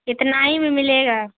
اتنا ہی میں ملے گا